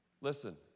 Listen